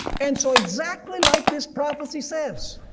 and so exactly like this prophecy says,